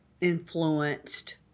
influenced